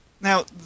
now